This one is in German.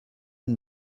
und